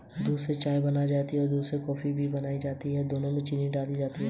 Muriate of potash में कौन सा पोषक तत्व पाया जाता है?